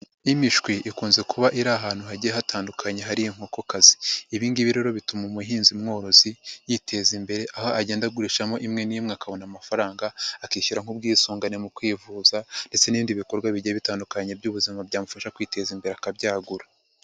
Imishwi ikunze kuba iri ahantu hagiye hatandukanye hari inkoko kazi. Ibi ngibi rero bituma umuhinzi mworozi, yiteza imbere, aho agenda agurishamo imwe n'imwe, akabona amafaranga, akishyura nk'ubwisungane mu kwivuza ndetse n'ibindi bikorwa bigiye bitandukanye by'ubuzima byamufasha kwiteza imbere akabyagura.